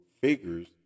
figures